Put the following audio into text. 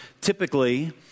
Typically